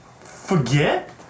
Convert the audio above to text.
forget